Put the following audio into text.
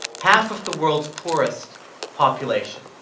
half of the world's poorest population.